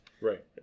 Right